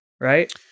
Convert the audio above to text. right